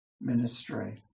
ministry